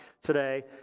today